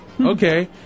Okay